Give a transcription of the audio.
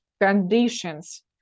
conditions